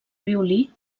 violí